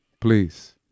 Please